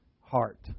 heart